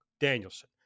Danielson